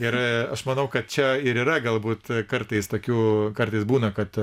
ir aš manau kad čia ir yra galbūt kartais tokių kartais būna kad